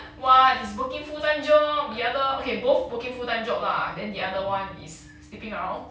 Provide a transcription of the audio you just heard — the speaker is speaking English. one is working full time job the other okay both working full time job lah then the other one is sleeping around